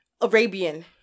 Arabian